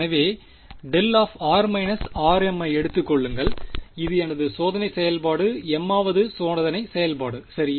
எனவே δ ஐ எடுத்துக் கொள்ளுங்கள் இது எனது சோதனை செயல்பாடு m வது சோதனை செயல்பாடு சரி